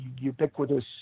ubiquitous